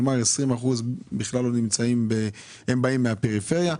כלומר, 20 אחוזים באים מהפריפריה.